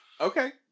Okay